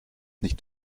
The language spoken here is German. nicht